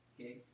okay